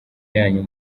yanyu